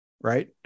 right